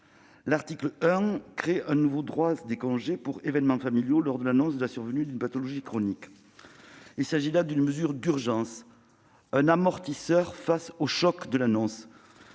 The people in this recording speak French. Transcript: L'article 1 crée un nouveau droit à congé pour événements familiaux lors de l'annonce de la survenue d'une pathologie chronique. Il s'agit là d'une mesure d'urgence, un amortisseur face au choc de l'annonce,